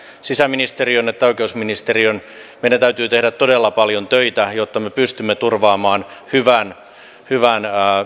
sisäministeriön että oikeusministeriön meidän täytyy tehdä todella paljon töitä jotta me pystymme turvaamaan hyvän hyvän